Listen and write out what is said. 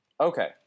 Okay